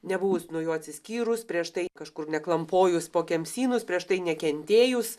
nebuvus nuo jo atsiskyrus prieš tai kažkur neklampojus po kemsynus prieš tai nekentėjus